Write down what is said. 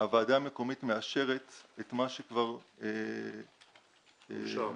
הוועדה המקומית מאשרת את מה שכבר --- אושר בוועדה.